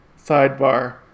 sidebar